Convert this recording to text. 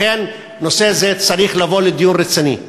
לכן, נושא זה צריך לבוא לדיון רציני.